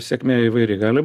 sėkmė įvairi gali